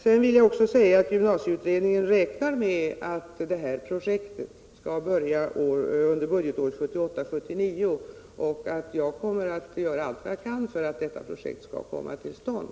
Sedan vill jag också säga att gymnsieutredningen räknar med att det här projektet skall börja under budgetåret 1978/79 och att jag kommer att göra allt vad jag kan för att detta projekt skall komma till stånd.